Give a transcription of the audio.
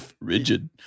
Rigid